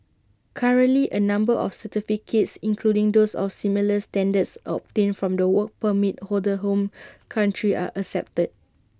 currently A number of certificates including those of similar standards obtained from the Work Permit holder's home country are accepted